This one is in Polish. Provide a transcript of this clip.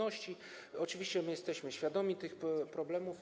Oczywiście jesteśmy świadomi tych problemów.